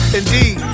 indeed